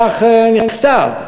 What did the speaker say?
כך נכתב: